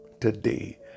today